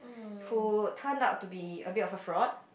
who turned up to be a bit of a fraud